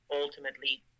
ultimately